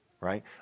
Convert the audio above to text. right